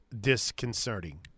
disconcerting